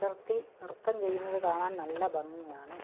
വിടർത്തി നൃത്തം ചെയ്യുന്നത് കാണാൻ നല്ല ഭംഗിയാണ്